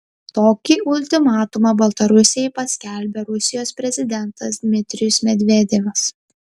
tokį ultimatumą baltarusijai paskelbė rusijos prezidentas dmitrijus medvedevas